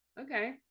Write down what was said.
Okay